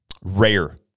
rare